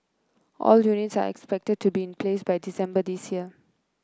all units are expected to be in place by December this year